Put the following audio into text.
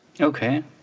Okay